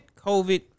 COVID